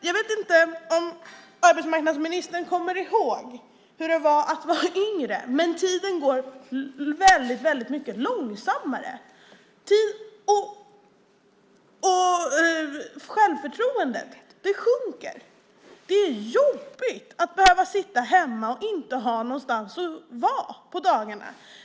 Jag vet inte om arbetsmarknadsministern kommer ihåg hur det var att vara ung, men tiden går mycket långsammare och självförtroendet minskar. Det är jobbigt att behöva sitta hemma och inte ha någonstans att vara på dagarna.